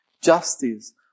justice